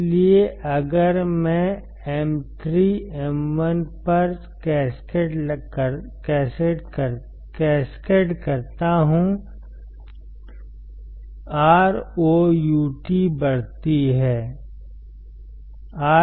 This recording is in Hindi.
इसलिए अगर मैं M3 M1 पर कैस्केड करता हूं ROUT बढ़ती है